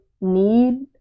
need